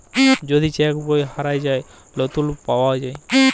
যদি চ্যাক বই হারাঁয় যায়, লতুল পাউয়া যায়